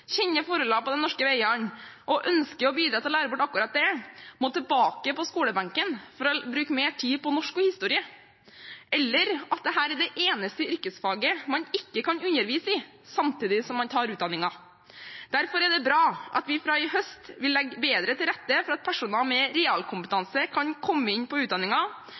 på norske veiene og ønsker å bidra til å lære bort akkurat det, må tilbake på skolebenken for å bruke mer tid på norsk og historie, eller at dette er det eneste yrkesfaget man ikke kan undervise i samtidig som man tar utdanningen. Derfor er det bra at vi fra i høst vil legge bedre til rette for at personer med realkompetanse kan komme inn på